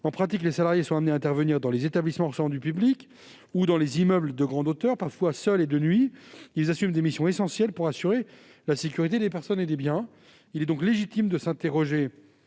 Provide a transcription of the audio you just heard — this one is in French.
En pratique, ces salariés sont amenés à intervenir dans les établissements recevant du public ou dans les immeubles de grande hauteur, parfois seuls et de nuit. Ils assument des missions essentielles pour assurer la sécurité des personnes et des biens. Il est donc légitime de s'interroger